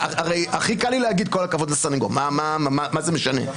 הכי קל לי להגיד: כל הכבוד לסנגור, מה זה משנה.